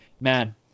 Man